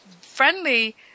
friendly